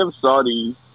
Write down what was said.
Saudi